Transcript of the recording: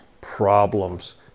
problems